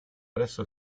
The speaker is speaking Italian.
presso